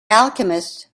alchemist